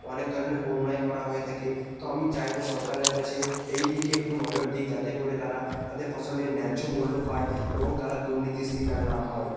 অনেক ধরনের অন্যায় করা হয়ে থাকে তো আমি চাইবো সরকারের কাছে এই দিকে একটু নজর দিক যাতে করে তারা তাদের ফসলের ন্যায্য মূল্য পায় এবং তারা দুর্নীতির শিকার না হয়